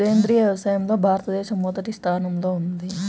సేంద్రీయ వ్యవసాయంలో భారతదేశం మొదటి స్థానంలో ఉంది